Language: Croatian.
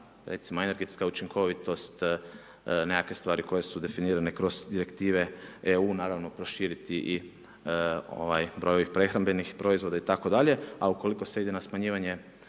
recimo energetska učinkovitost, nekakve stvari koje su definirane kroz direktive EU, naravno proširiti i broj prehrambenih proizvoda itd., a ukoliko se ide na smanjivanje